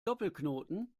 doppelknoten